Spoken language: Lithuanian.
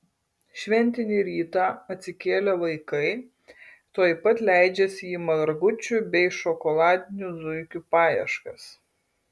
šventinį rytą atsikėlę vaikai tuoj pat leidžiasi į margučių bei šokoladinių zuikių paieškas